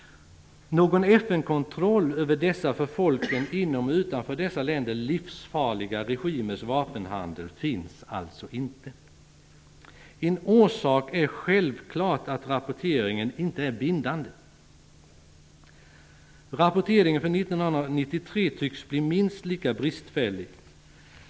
Någon FN-kontroll över dessa för folken inom och utanför dessa länder livsfarliga regimers vapenhandel finns alltså inte. En orsak är självklart att rapporteringen inte är bindande. Rapporteringen för 1993 tycks bli minst lika bristfällig.